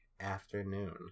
afternoon